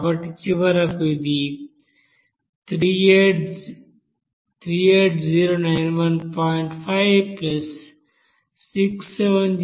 కాబట్టి చివరకు ఇది 38091